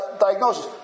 diagnosis